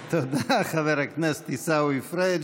תודה, חבר הכנסת עיסאווי פריג'.